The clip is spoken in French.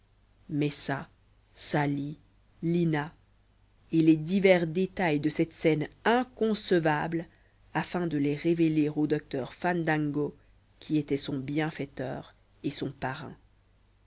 messa sali lina et les divers détails de cette scène inconcevable afin de les révéler au docteur fandango qui était son bienfaiteur et son parrain